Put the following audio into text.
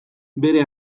bere